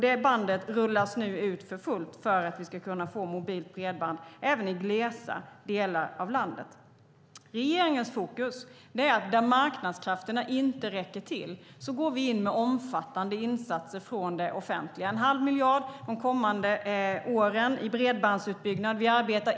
Det bandet rullas nu ut för fullt för att vi ska få mobilt bredband även i glesa delar av landet. Regeringens fokus är att där marknadskrafterna inte räcker till går vi in med omfattande insatser från det offentliga. Det handlar om en halv miljard i bredbandsutbyggnad de kommande åren.